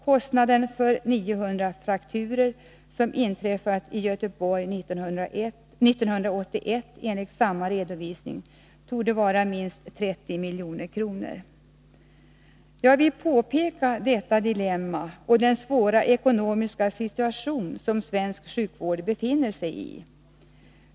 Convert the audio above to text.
Kostnaden för 900 frakturer som inträffat i Göteborg 1981, enligt samma redovisning, torde vara minst 30 milj.kr. Jag vill påpeka detta dilemma och den svåra ekonomiska situation som svensk sjukvård befinner sig i.